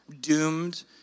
Doomed